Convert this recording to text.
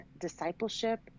discipleship